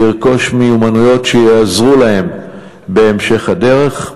לרכוש מיומנויות שיעזרו להם בהמשך הדרך,